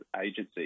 agency